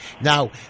Now